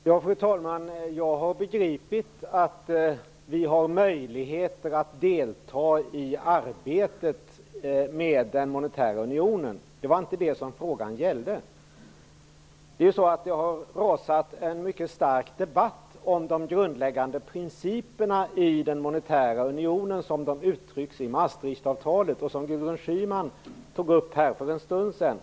Fru talman! Jag har begripit att vi har möjligheter att delta i arbetet med den monetära unionen. Det var inte detta frågan gällde. Det har rasat en mycket stark debatt om de grundläggande principerna i den monetära unionen, som de uttrycks i Maastrichtavtalet och som Gudrun Schyman här tog upp för en stund sedan.